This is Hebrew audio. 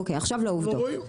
אוקי עכשיו לעובדות.